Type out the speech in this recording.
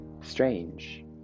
Strange